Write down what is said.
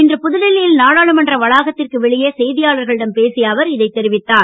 இன்று புதுடில்லி யில் நாடாளுமன்ற வளாகத்திற்கு வெளியே செய்தியாளர்களிடம் பேசிய அவர் இதைத் தெரிவித்தார்